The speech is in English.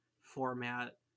format